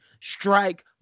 strike